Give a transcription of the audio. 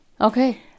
Okay